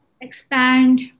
expand